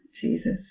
Jesus